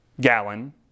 gallon